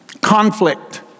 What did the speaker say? conflict